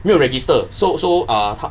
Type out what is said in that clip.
没有 register so so 他